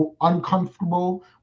uncomfortable